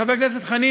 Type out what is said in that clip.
חבר הכנסת חנין,